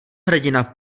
hrdina